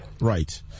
Right